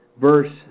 Verse